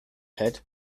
head